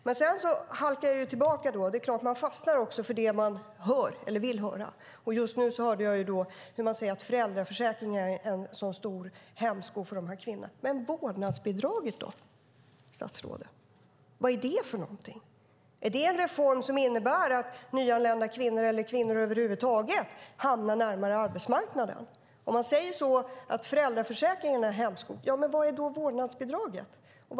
Sedan halkar jag tillbaka. Man fastnar också för det man hör eller vill höra. Just nu hörde jag att föräldraförsäkringen är en så stor hämsko för de här kvinnorna. Men hur är det med vårdnadsbidraget då, statsrådet? Vad är det för något? Är det en reform som innebär att nyanlända kvinnor eller kvinnor över huvud taget hamnar närmare arbetsmarknaden? Om man säger att föräldraförsäkringen är en hämsko kan man undra vad vårdnadsbidraget är.